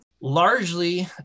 largely